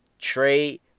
Trade